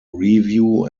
review